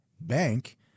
bank